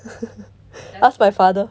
ask my father